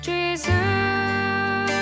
Jesus